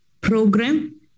program